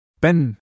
Ben